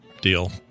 deal